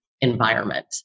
environment